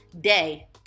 Day